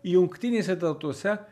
jungtinėse tautose